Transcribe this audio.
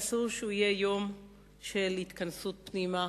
אסור שהוא יהיה יום של התכנסות פנימה,